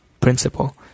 principle